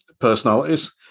personalities